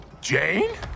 Jane